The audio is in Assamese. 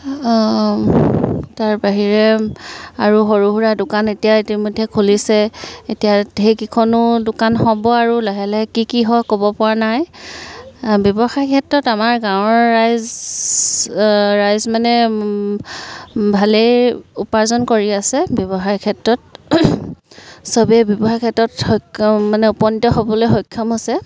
তাৰ বাহিৰে আৰু সৰু সুৰা দোকান এতিয়া ইতিমধ্যে খুলিছে এতিয়া সেইকেইখনো দোকান হ'ব আৰু লাহে লাহে কি কি হয় ক'ব পৰা নাই ব্যৱসায় ক্ষেত্ৰত আমাৰ গাঁৱৰ ৰাইজ ৰাইজ মানে ভালেই উপাৰ্জন কৰি আছে ব্যৱসায়ীৰ ক্ষেত্ৰত চবেই ব্যৱসায়ীৰ ক্ষেত্ৰত সক্ষম মানে উপনীত হ'বলৈ সক্ষম হৈছে